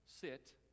sit